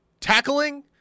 tackling